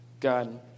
God